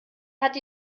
hatte